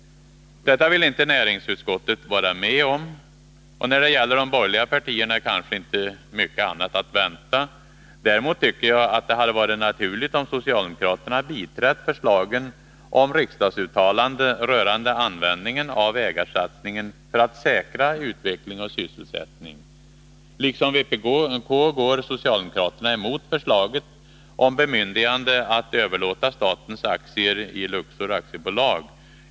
Detta vill inte näringsutskottet vara med om. När det gäller de borgerliga partierna är kanske inte mycket annat att vänta. Däremot tycker jag det hade varit naturligt om socialdemokraterna biträtt förslagen om riksdagsuttalande rörande användningen av ägarsatsningen för att säkra utveckling och sysselsättning. Liksom vpk går socialdemokraterna emot förslaget om bemyndigande att överlåta statens aktier i Luxor AB.